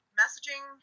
messaging